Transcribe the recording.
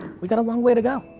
we got a long way to go.